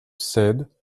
said